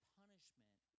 punishment